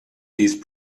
these